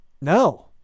No